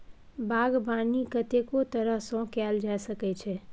बागबानी कतेको तरह सँ कएल जा सकै छै